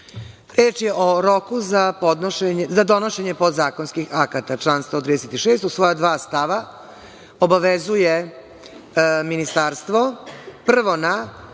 Reč je o roku za donošenje podzakonskih akata. Član 136. u svoja dva stava obavezuje ministarstvo, prvo, da